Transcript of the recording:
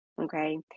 okay